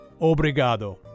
Obrigado